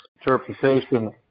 interpretation